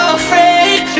afraid